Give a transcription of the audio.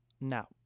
Now